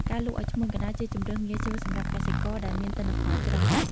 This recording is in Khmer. ការលក់ឱ្យឈ្មួញកណ្តាល ជាជម្រើសងាយស្រួលសម្រាប់កសិករដែលមានទិន្នផលច្រើន។